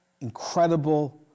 incredible